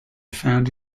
found